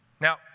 Now